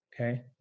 Okay